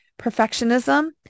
Perfectionism